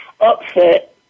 upset